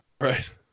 right